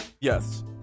yes